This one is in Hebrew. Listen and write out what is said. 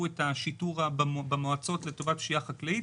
את השיטור במועצות לטובת פשיעה חקלאית?